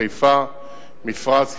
חיפה: מפרץ,